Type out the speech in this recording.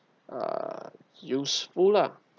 uh useful lah